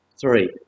three